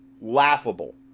laughable